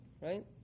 Right